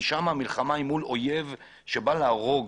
כי שם המלחמה היא מול אויב שבא להרוג.